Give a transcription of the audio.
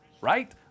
right